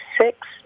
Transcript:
six